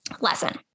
lesson